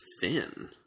thin